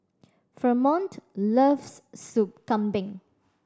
Fremont loves Soup Kambing